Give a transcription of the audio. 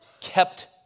kept